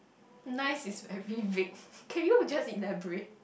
nice is very vague can you just elaborate